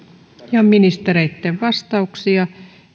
ja ministereitten vastauksia